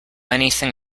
anything